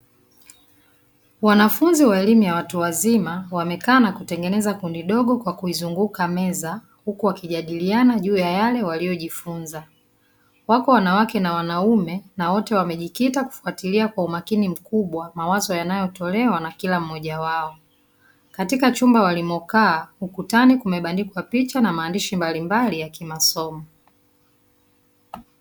Wanafunzi wa elimu ya watu wazima wamekaa na kutengeneza kundi dogo kwa kuizunguka meza huku wakijadiliana juu ya yale waliojifunza, wako wanawake na wanaume na wote wamejikita kufuatilia kwa umakini mkubwa mawazo yanayotolewa na kila mmoja wao, katika chumba walimokaa ukutani kumebandikwa picha na maandishi mbalimbali ya kimasomo.